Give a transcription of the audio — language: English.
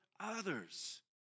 others